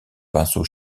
pinceau